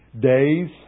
days